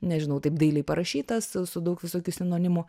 nežinau taip dailiai parašytas su daug visokių sinonimų